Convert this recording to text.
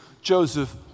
Joseph